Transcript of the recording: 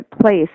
place